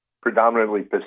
predominantly